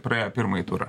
praėjo pirmąjį turą